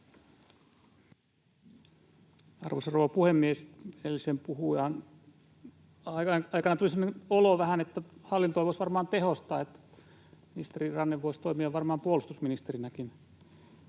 Arvoisa rouva puhemies! Edellisen puhujan aikana tuli vähän semmoinen olo, että hallintoa voisi varmaan tehostaa, niin että ministeri Ranne voisi toimia varmaan puolustusministerinäkin.